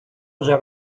вже